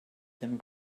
them